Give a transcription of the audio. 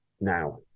now